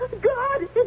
God